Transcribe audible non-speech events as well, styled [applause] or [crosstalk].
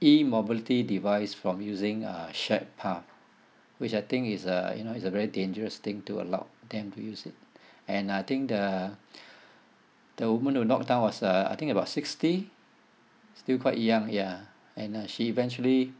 E mobility device from using uh shared path which I think it's uh you know it's a very dangerous thing to allow them to use it and I think the [breath] the women who knocked down was uh I think about sixty still quite young ya and uh she eventually